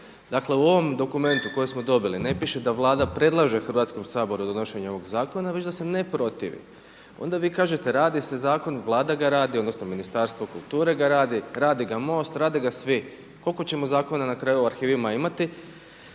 Dakle u ovom dokumentu kojeg smo dobili ne piše da Vlada predlaže Hrvatskom saboru donošenje ovog zakona već da se ne protivi. Onda vi kažete radi se zakon, Vlada ga radi, odnosno Ministarstvo kulture ga radi, radi ga MOST, rade ga svi. Koliko ćemo zakona na kraju u arhivima imati?